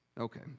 Okay